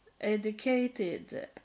educated